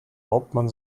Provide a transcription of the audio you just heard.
hauptmann